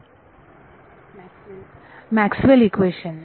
विद्यार्थी Maxwell Maxwell equation equations